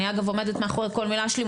אני אגב עומדת מאחורי כל מילה שלי,